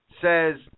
says